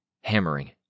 Hammering